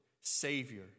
Savior